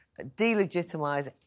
delegitimize